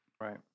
right